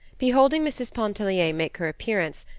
beholding mrs. pontellier make her appearance,